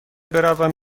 بروم